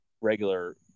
regular